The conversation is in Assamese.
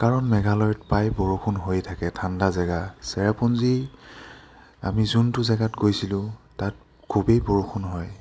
কাৰণ মেঘালয়ত প্ৰায় বৰষুণ হৈ থাকে ঠাণ্ডা জেগা চেৰাপুঞ্জী আমি যোনটো জেগাত গৈছিলোঁ তাত খুবেই বৰষুণ হয়